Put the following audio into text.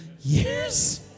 years